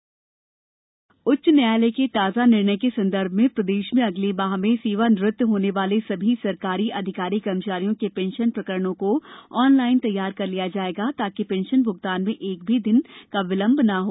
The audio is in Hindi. पेंशन प्रकरण उच्च न्यायालय के ताजा निर्णय के संदर्भ में प्रदेश में अगले माह में सेवानिवृत्त होने वाले सभी सरकारी अधिकारी कर्मचारियों के पेंशन प्रकरणों को ऑनलाइन तैयार कर लिया जाएगा ताकि पेंशन भुगतान में एक भी दिन का विलंब नहीं हो